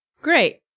Great